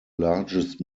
largest